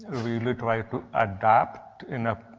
really try to adapt in a